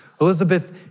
Elizabeth